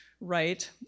right